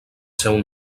seu